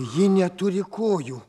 ji neturi kojų